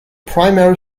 primary